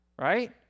right